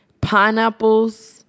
pineapples